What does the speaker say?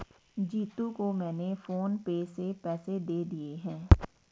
जीतू को मैंने PhonePe से पैसे दे दिए हैं